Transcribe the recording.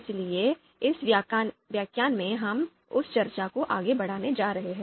इसलिए इस व्याख्यान में हम उस चर्चा को आगे बढ़ाने जा रहे हैं